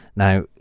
now,